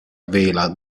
vela